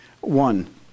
One